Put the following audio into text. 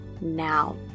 now